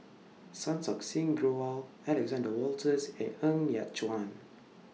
Santokh Singh Grewal Alexander Wolters and Ng Yat Chuan